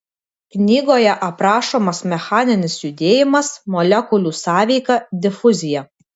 knygoje aprašomas mechaninis judėjimas molekulių sąveika difuzija